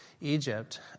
Egypt